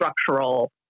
structural